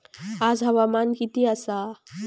आज हवामान किती आसा?